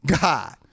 God